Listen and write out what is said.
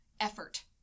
effort